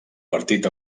partit